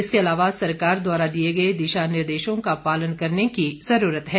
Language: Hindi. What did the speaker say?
इसके अलावा सरकार द्वारा दिए गए दिशा निर्देशों का पालन करने की आवश्यकता है